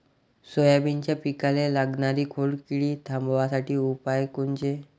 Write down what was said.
सोयाबीनच्या पिकाले लागनारी खोड किड थांबवासाठी उपाय कोनचे?